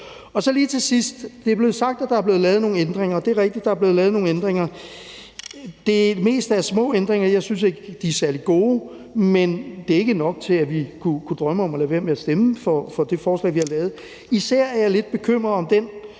Det er blevet sagt, er der blevet lavet nogle ændringer, og det er rigtigt. Der er blevet lavet nogle ændringer. Det meste er små ændringer. Jeg synes ikke, de er særlig gode, men det er ikke nok til, at vi kunne drømme om at lade være med at stemme for det forslag, vi har lavet. Især er jeg lidt bekymret for den